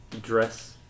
dress